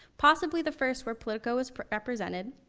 possibly the first where politico was represented.